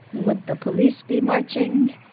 would the police be marching?